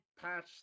patch